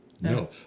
No